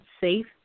safe